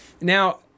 Now